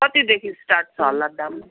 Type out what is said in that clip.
कतिदेखि start छ होला दाम